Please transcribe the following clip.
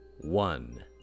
one